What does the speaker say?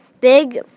big